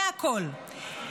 זה הכול.